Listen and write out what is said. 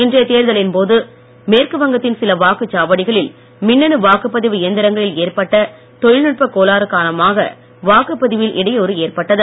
இன்றைய தேர்தலின் போது மேற்கு வங்கத்தின் சில வாக்குச் சாவடிகளில் மின்னணு வாக்குப்பதிவு இயந்திரங்களில் ஏற்பட்ட தொழில் நுட்ப கோளாறு காரணமாக வாக்குப்பதிவில் இடையூறு ஏற்பட்டது